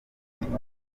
mitungo